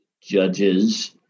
judges